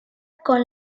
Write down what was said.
con